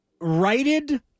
righted